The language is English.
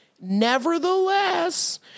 Nevertheless